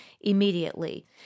immediately